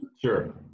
Sure